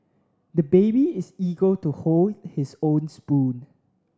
the baby is eager to hold his own spoon